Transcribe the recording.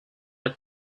are